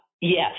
Yes